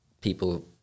people